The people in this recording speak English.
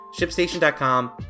ShipStation.com